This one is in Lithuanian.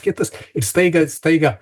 kitas ir staiga staiga